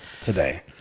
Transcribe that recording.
today